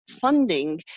funding